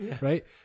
right